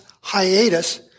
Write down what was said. hiatus